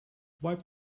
wipe